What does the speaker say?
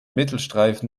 mittelstreifen